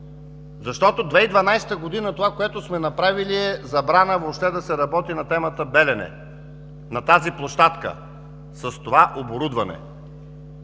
През 2012 г. това, което сме направили, е забрана въобще да се работи на темата „Белене“, на тази площадка, с това оборудване.